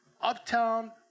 Uptown